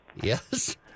Yes